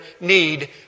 need